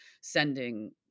sending